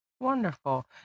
wonderful